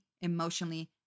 emotionally